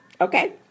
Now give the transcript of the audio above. okay